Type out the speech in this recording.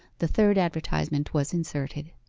the third advertisement was inserted.